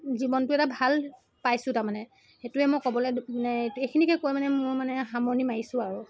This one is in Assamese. জীৱনটো এটা ভাল পাইছো তাৰমানে সেইটোৱে মই ক'বলৈ মানে এইখিনিকে কৈ মানে মোৰ মানে সামৰণি মাৰিছো আৰু